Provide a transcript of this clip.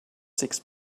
six